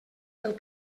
pel